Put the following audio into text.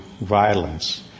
violence